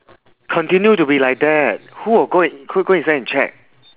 continue to be like that who will go and who go inside and check